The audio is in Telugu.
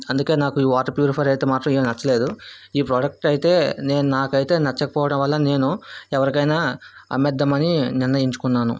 అందుకే నాకు ఈ వాటర్ ప్యూరిఫయర్ అయితే మాత్రం ఏం నచ్చలేదు ఈ ప్రాడక్ట్ అయితే నేను నాకైతే నచ్చకపోవడం వల్ల నేను ఎవరికైనా అమ్మేద్దం అని నిర్ణయించుకున్నాను